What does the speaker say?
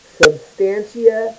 substantia